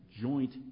joint